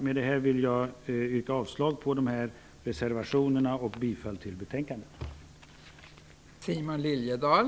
Med detta vill jag yrka avslag på reservationerna och bifall till utskottets hemställan.